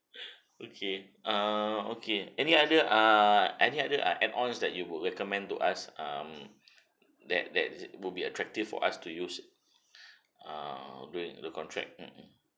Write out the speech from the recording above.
okay err okay any other err any other ah add ons that you would recommend to us um that that would be attractive for us to use err during the contract mm mm